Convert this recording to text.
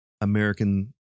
American